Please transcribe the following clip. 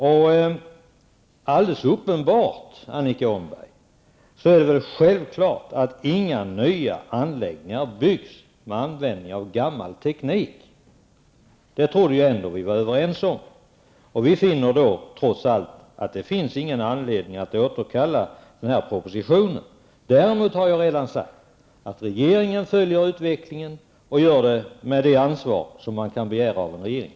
Det är väl självklart, Annika Åhnberg, att inga nya anläggningar byggs med användning av gammal teknik. Det trodde jag ändå att vi var överens om. Vi finner då trots allt att det inte finns någon anledning att återkalla den här propositionen. Däremot har jag redan sagt att regeringen följer utvecklingen och gör det med det ansvar som man kan begära av en regering.